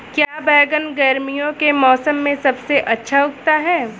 क्या बैगन गर्मियों के मौसम में सबसे अच्छा उगता है?